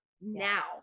now